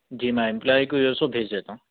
جی میں امپلائی کو جو ہے سو بھیج دیتا ہوں